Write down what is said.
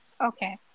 Okay